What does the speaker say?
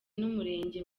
n’umurenge